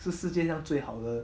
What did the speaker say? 是世界上最好的